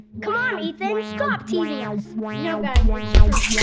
come on, ethan. stop teasing us. no guys, it's true.